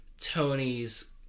Tony's